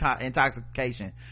intoxication